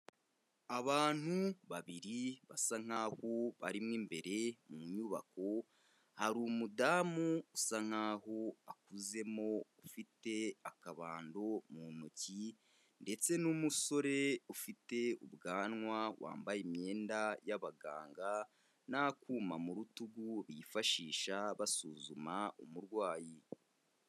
Abantu babiri basa nk'aho barimo imbere mu nyubako, hari umudamu usa nk'aho akuzemo, ufite akabando mu ntoki ndetse n'umusore ufite ubwanwa wambaye imyenda y'abaganga n'akuma mu rutugu, bifashisha basuzuma umurwayi.